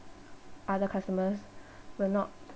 other customers will not